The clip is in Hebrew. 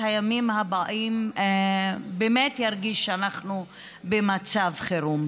הימים הבאים באמת ירגיש שאנחנו במצב חירום.